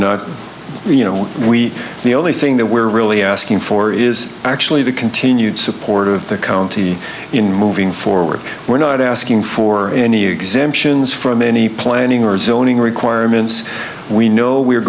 not you know we the only thing that we're really asking for is actually the continued support of the county in moving forward were not asking for any exemptions from any planning and zoning requirements we know we're